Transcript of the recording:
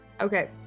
Okay